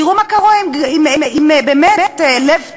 תראו מה קורה עם "לב טהור",